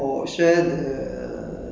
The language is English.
okay [one] um